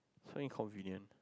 so inconvenient